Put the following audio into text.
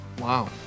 Wow